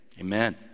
Amen